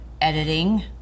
editing